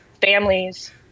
families